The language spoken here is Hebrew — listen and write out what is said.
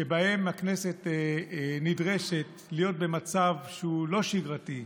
שבהן הכנסת נדרשת להיות במצב שהוא לא שגרתי,